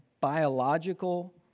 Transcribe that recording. Biological